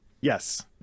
Yes